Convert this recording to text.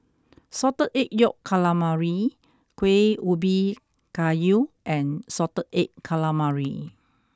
salted egg yolk calamari kueh ubi kayu and salted egg calamari